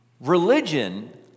Religion